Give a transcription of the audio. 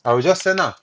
I will just send ah